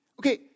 Okay